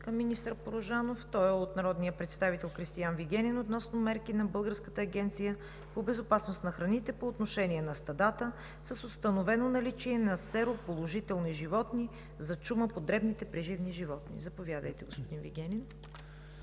към министър Порожанов, който е от народния представител Кристиан Вигенин относно мерки на Българската агенция по безопасност на храните по отношение на стадата с установено наличие на сероположителни животни за чума по дребните преживни животни. Заповядайте, господин Вигенин.